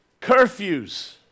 Curfews